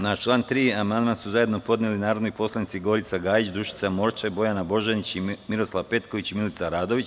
Na član 3. amandman su zajedno podneli narodni poslanici Gorica Gajić, Dušica Morčev, Bojana Božanić, Miroslav Petković i Milica Radović.